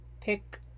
pick